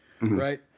right